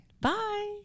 bye